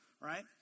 right